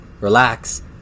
relax